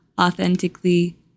authentically